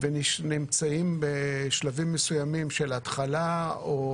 ונמצאים בשלבים מסוימים של התחלה או